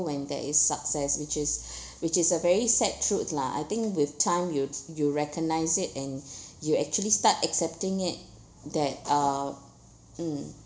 when there is success which is which is a very sad truth lah I think with time you you recognize it and you actually start accepting it that uh mm